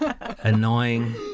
annoying